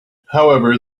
however